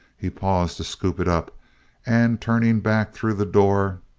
he paused to scoop it up and turning back through the door,